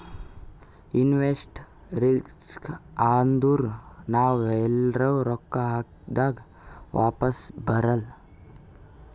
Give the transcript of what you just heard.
investment risk ಅಂದುರ್ ನಾವ್ ಎಲ್ರೆ ರೊಕ್ಕಾ ಹಾಕ್ದಾಗ್ ವಾಪಿಸ್ ಬರಲ್ಲ